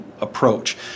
approach